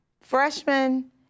Freshman